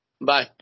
Bye